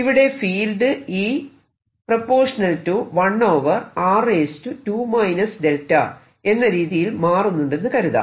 ഇവിടെ ഫീൽഡ് എന്ന രീതിയിൽ മാറുന്നുണ്ടെന്ന് കരുതാം